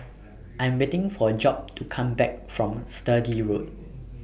I Am waiting For Job to Come Back from Sturdee Road